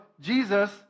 Jesus